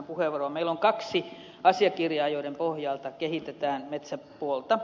meillä on kaksi asiakirjaa joiden pohjalta kehitetään metsäpuolta